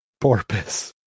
porpoise